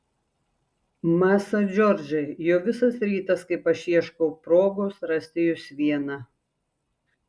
masa džordžai jau visas rytas kaip aš ieškau progos rasti jus vieną